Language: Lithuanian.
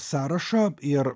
sąrašo ir